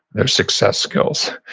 they're success skills.